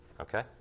Okay